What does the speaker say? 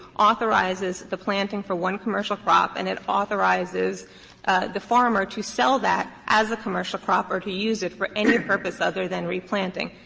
authorizes the planting for one commercial crop and it authorizes the farmer to sell that as a commercial crop or to use it for any purpose other than replanting.